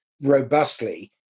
robustly